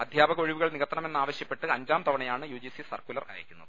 അധ്യാപക ഒഴിവുകൾ നികത്തണമെന്നാവശ്യപ്പെട്ട് അഞ്ചാം തവണയാണ് യുജിസി സർക്കുലർ അയക്കുന്നത്